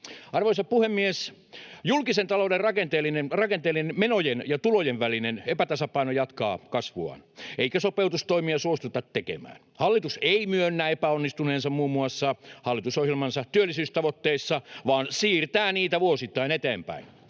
Arvoisa puhemies! Julkisen talouden rakenteellinen menojen ja tulojen välinen epätasapaino jatkaa kasvuaan, eikä sopeutustoimia suostuta tekemään. Hallitus ei myönnä epäonnistuneensa muun muassa hallitusohjelmansa työllisyystavoitteissa vaan siirtää niitä vuosittain eteenpäin.